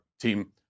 team